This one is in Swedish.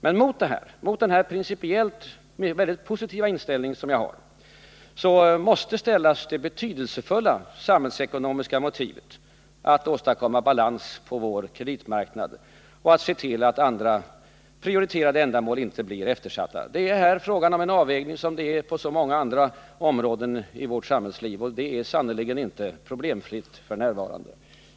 Mot den principiellt mycket positiva inställning jag har måste ställas det betydelsefulla samhällsekonomiska motivet att åstadkomma balans på vår kreditmarknad och se till att andra prioriterade ändamål inte blir eftersatta. Det är här fråga om en avvägning liksom på så många andra områden i vårt samhällsliv, och det är sannerligen inte problemfritt f. n.